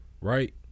Right